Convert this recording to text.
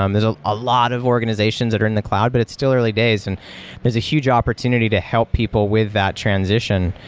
um there's ah a lot of organizations that are in the cloud, but it's still early days and there's a huge opportunity to help people with that transition.